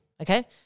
okay